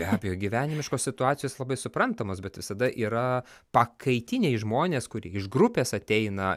be abejo gyvenimiškos situacijos labai suprantamos bet visada yra pakaitiniai žmonės kurie iš grupės ateina